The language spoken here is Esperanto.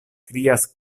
krias